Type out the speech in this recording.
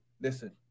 Listen